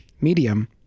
medium